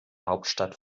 hauptstadt